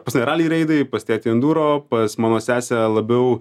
pas mane rali reidai pas tėtį enduro pas mano sesę labiau